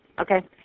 Okay